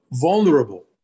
vulnerable